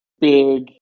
big